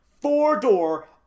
four-door